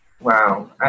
Wow